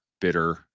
bitter